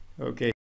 Okay